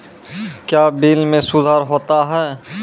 क्या बिल मे सुधार होता हैं?